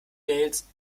mails